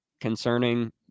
concerning